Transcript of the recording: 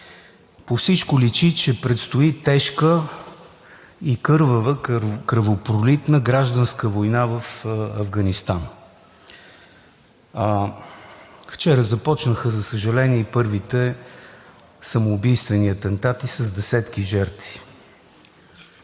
По всичко личи, че предстои тежка и кръвопролитна гражданска война в Афганистан. Вчера започнаха, за съжаление, и първите самоубийствени атентати с десетки жертви.